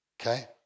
okay